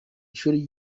ishuri